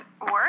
work